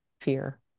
fear